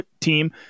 team